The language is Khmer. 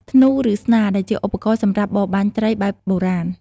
ធ្នូ ឬស្នា ដែលជាឧបករណ៍សម្រាប់បរបាញ់ត្រីបែបបុរាណ។